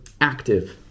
active